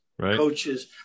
coaches